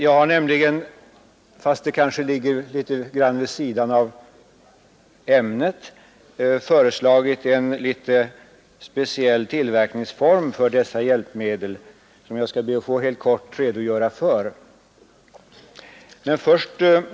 Jag har nämligen föreslagit en speciell tillverkningsform för dessa hjälpmedel. Jag skall, även om det ligger något vid sidan av ämnet, be att få helt kort redogöra för mitt förslag.